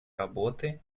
работы